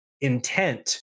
intent